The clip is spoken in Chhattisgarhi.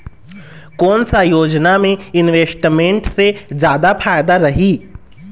कोन सा योजना मे इन्वेस्टमेंट से जादा फायदा रही?